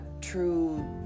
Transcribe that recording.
true